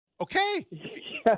Okay